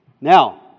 Now